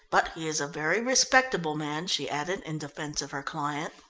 but he is a very respectable man, she added in defence of her client.